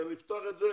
אם נעשה זאת,